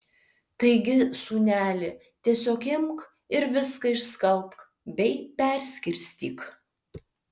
taigi sūneli tiesiog imk ir viską išskalbk bei perskirstyk